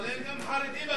אבל אין גם חרדים אצלו.